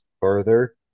further